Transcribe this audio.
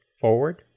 forward